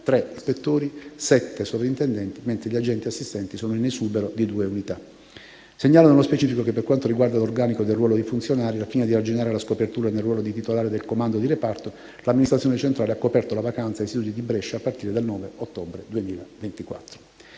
3 ispettori, 7 sovrintendenti, mentre gli agenti assistenti sono in esubero di 2 unità. Segnalo, nello specifico, che, per quanto riguarda l'organico del ruolo dei funzionari, al fine di arginare la scopertura nel ruolo di titolare del comando di reparto, l'amministrazione centrale ha coperto la vacanza degli istituti di Brescia a partire dal 9 ottobre 2024.